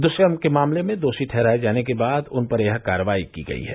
दुष्कर्म के मामले में दोषी ठहराये जाने के बाद उन पर यह कार्रवाई की गई है